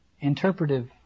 interpretive